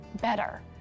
better